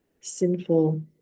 sinful